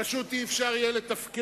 פשוט לא יהיה אפשר לתפקד,